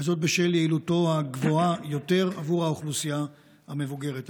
וזאת בשל יעילותו הגבוהה יותר עבור האוכלוסייה המבוגרת.